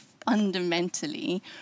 fundamentally